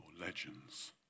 legends